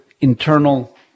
internal